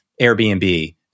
Airbnb